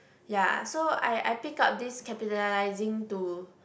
ya so I I pick up this capitalizing to